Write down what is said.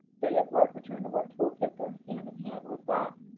stay-at-work return-to-work toolkit goes hand in hand with that.